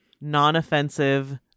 non-offensive